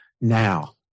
now